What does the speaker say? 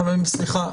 חברים, סליחה.